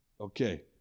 Okay